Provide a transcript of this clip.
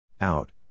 Out